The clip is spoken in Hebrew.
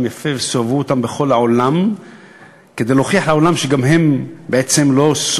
יפה וסובבו אותם בכל העולם כדי להוכיח לעולם שגם הם בעצם לא,